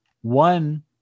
One